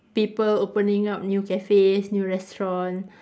people opening up new cafes new restaurant